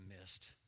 missed